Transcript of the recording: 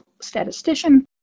statistician